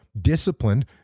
disciplined